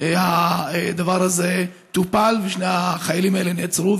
הדבר הזה טופל ושני החיילים האלה נעצרו,